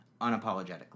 unapologetically